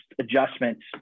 adjustments